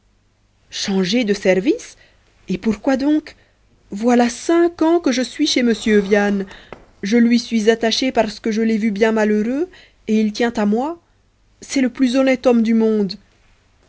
changer de service et pourquoi donc voilà cinq ans que je suis chez m viane je lui suis attachée parce que je l'ai vu bien malheureux et il tient à moi c'est le plus honnête homme du monde